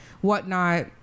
whatnot